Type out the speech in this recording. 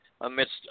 amidst